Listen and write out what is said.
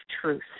truth